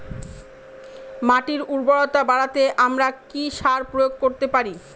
মাটির উর্বরতা বাড়াতে আমরা কি সার প্রয়োগ করতে পারি?